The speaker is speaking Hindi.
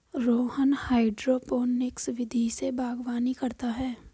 रोहन हाइड्रोपोनिक्स विधि से बागवानी करता है